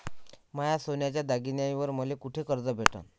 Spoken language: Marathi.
माया सोन्याच्या दागिन्यांइवर मले कुठे कर्ज भेटन?